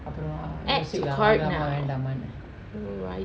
add to cart now alright